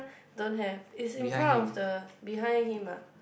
don't have is in front of the behind him ah